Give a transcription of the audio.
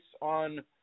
on